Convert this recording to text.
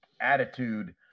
attitude